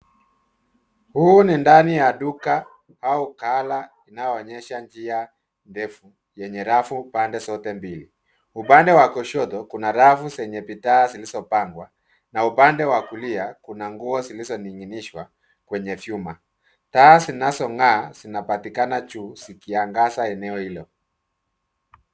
Huu ni ndani ya duka au ghala inayoonyesha njia ndefu yenye rafu pande zote mbili. Upande wa kushoto, kuna rafu zenye bidhaa zilizopangwa, na upande wa kulia kuna nguo zilizoning'inishwa kwenye vyuma. Taa zinazong'aa zinapatikana juu zikiangaza eneo hilo.